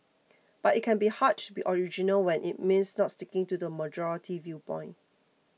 but it can be hard to be original when it means not sticking to the majority viewpoint